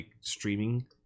streaming